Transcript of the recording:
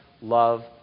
love